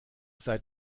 seid